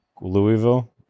Louisville